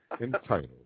entitled